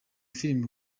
filimi